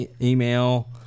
email